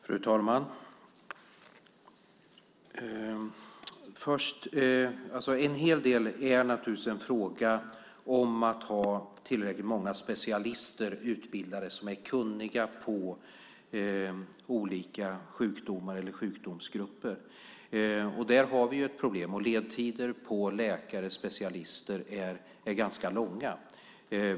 Fru talman! En hel del handlar naturligtvis om att ha tillräckligt många specialister utbildade som är kunniga på olika sjukdomar eller sjukdomsgrupper. Där har vi ett problem. Ledtider när det gäller läkare och specialister är ganska långa.